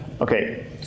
Okay